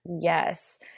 Yes